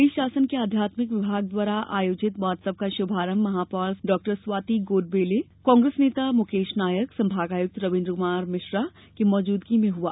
प्रदेश शासन के आध्यात्मिक विभाग द्वारा आयोजित महोत्सव का शुभारंभ महापौर डॉ स्वाति सदानन्द गोडबोले कांग्रेस नेता मुकेश नायक संभागायुक्त रविन्द्र कुमार मिश्रा की मौजूदगी में हुआ